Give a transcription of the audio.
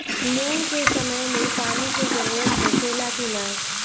मूंग के समय मे पानी के जरूरत होखे ला कि ना?